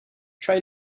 try